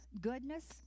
goodness